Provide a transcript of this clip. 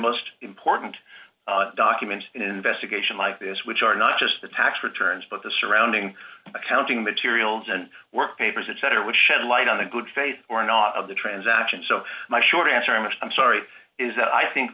most important documents an investigation like this which are not just the tax returns but the surrounding accounting materials and work papers etc which shed light on the good faith or not of the transaction so my short answer most i'm sorry is that i think